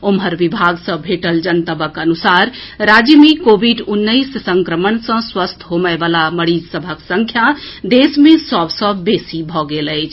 ओम्हर विभाग सॅ भेटल जनतबक अनुसार राज्य मे कोविड उन्नैस संक्रमण सॅ स्वस्थ होबयवला मरीजक संख्या देश मे सभ सॅ बेसी भऽ गेल अछि